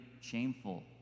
shameful